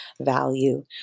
value